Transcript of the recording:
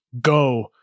go